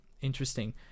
interesting